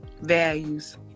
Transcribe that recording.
values